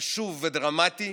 חשוב ודרמטי